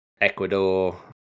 Ecuador